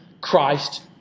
Christ